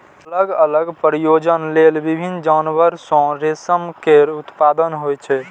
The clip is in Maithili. अलग अलग प्रयोजन लेल विभिन्न जानवर सं रेशम केर उत्पादन होइ छै